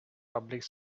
public